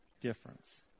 difference